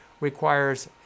requires